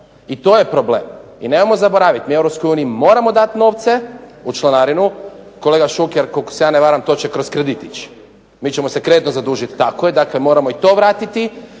I to je problem. I nemojmo zaboraviti mi EU moramo dati novce u članarinu, kolega Šuker ukoliko se ja ne varam to će kroz kredit ići, mi ćemo se kreditno zadužiti, tako je dakle moramo i to vratiti